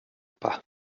pas